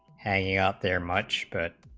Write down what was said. hanging out there much but